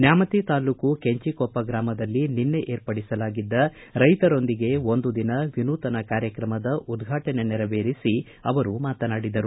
ನ್ಯಾಮತಿ ತಾಲ್ಲೂಕು ಕೆಂಚಿಕೊಪ್ಪ ಗ್ರಾಮದಲ್ಲಿ ನಿನ್ನೆ ಏರ್ಪಡಿಸಲಾಗಿದ್ದ ರೈತರೊಂದಿಗೆ ಒಂದು ದಿನ ವಿನೂತನ ಕಾರ್ಯಕ್ರಮದ ಉದ್ಘಾಟನೆ ನೆರವೇರಿಸಿ ಅವರು ಮಾತನಾಡಿದರು